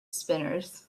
spinners